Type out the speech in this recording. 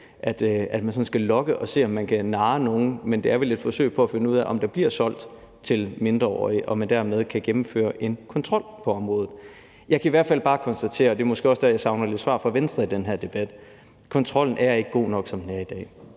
sådan skal lokke nogen og se om man kan narre nogen, men det er vel et forsøg på at finde ud af, om der bliver solgt til mindreårige, og man dermed kan gennemføre en kontrol på området. Jeg kan i hvert fald bare konstatere – og det er måske også der, jeg lidt savner et svar fra Venstre i den her debat – at kontrollen ikke er god nok, som den er i dag.